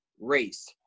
race